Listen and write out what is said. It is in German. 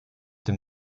dem